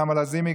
נעמה לזימי,